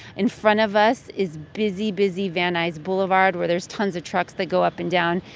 in front of us is busy, busy van nuys boulevard, where there's tons of trucks that go up and down.